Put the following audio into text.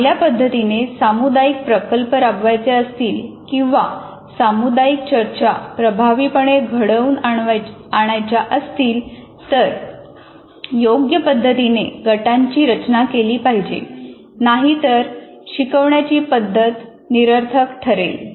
चांगल्या पद्धतीने सामुदायिक प्रकल्प राबवायचे असतील किंवा सामुदायिक चर्चा प्रभावीपणे घडवून आणायच्या असतील तर योग्य पद्धतीने गटांची रचना केली पाहिजे नाहीतर शिकवण्याची पद्धत निरर्थक ठरेल